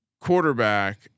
quarterback